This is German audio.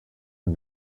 und